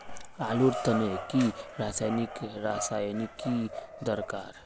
आलूर तने की रासायनिक रासायनिक की दरकार?